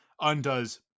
undoes